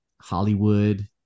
Hollywood